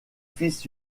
fils